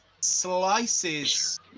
slices